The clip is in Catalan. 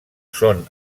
són